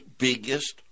biggest